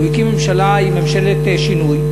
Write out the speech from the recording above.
הוא הקים ממשלה עם מפלגת שינוי,